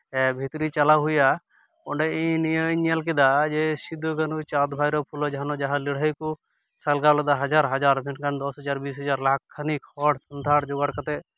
ᱮ ᱵᱷᱤᱛᱨᱤ ᱪᱟᱞᱟᱣ ᱦᱩᱭᱮᱱᱟ ᱚᱸᱰᱮ ᱤᱧ ᱱᱤᱭᱟᱹᱧ ᱧᱮᱞ ᱠᱮᱫᱟ ᱡᱮ ᱥᱤᱫᱩ ᱠᱟᱹᱱᱦᱩ ᱪᱟᱸᱫᱽ ᱵᱷᱟᱭᱨᱳ ᱯᱷᱩᱞᱳ ᱡᱷᱟᱱᱳ ᱡᱟᱦᱟᱸ ᱞᱟᱹᱲᱦᱟᱹᱭ ᱠᱚ ᱥᱟᱞᱜᱟᱣ ᱞᱮᱫᱟ ᱦᱟᱡᱟᱨ ᱢᱮᱱᱠᱷᱟᱱ ᱫᱚᱥ ᱦᱟᱡᱟᱨ ᱵᱤᱥ ᱦᱟᱡᱟᱨ ᱞᱟᱦᱟ ᱠᱷᱟᱱᱤᱠ ᱦᱚᱲ ᱥᱟᱱᱛᱟᱲ ᱡᱳᱜᱟᱲ ᱠᱟᱛᱮ